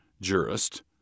jurist